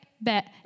bet